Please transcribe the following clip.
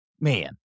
Man